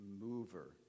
mover